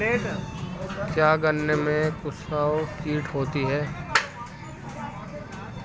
क्या गन्नों में कंसुआ कीट होता है?